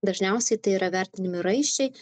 dažniausiai tai yra vertinami raiščiai